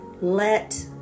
Let